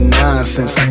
nonsense